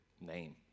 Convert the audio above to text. name